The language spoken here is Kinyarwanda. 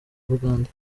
bugande